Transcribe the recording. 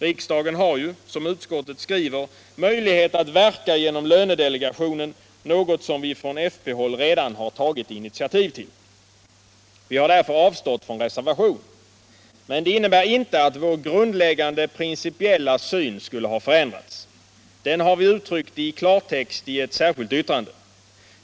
Riksdagen har ju, som utskottet skriver, möjlighet att verka genom lönedelegationen, något som vi från fp-håll redan tagit initiativ till. Vi har därför avstått från reservation. Men det innebär inte att vår grundläggande principiella syn skulle ha förändrats. Den har vi uttryckt i klartext i ett särskilt yttrande.